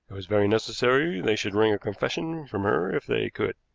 was very necessary they should wring a confession from her if they could.